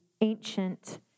ancient